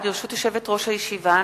ברשות יושבת-ראש הישיבה,